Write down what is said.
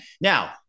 Now